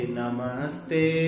namaste